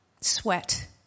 Sweat